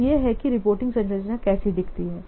तो यह है कि रिपोर्टिंग संरचना कैसी दिखती है